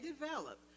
develop